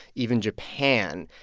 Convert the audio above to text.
even japan.